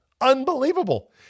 Unbelievable